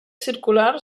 circular